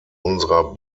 unserer